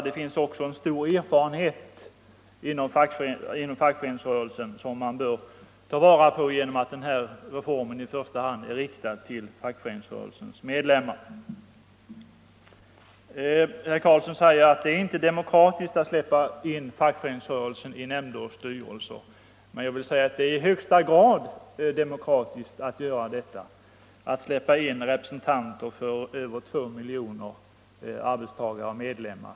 Det finns här en stor erfarenhet inom fackföreningsrörelsen som man bör ta vara på, genom att den här reformen vänder sig i första hand till fackföreningsrörelsens medlemmar. Herr Carlsson säger att det inte är demokratiskt att släppa in fackföreningsrörelsen i nämnder och styrelser, men jag anser att det är i högsta grad demokratiskt att här släppa in representanter för över 2 mil Nr 83 joner fackföreningsmedlemmar.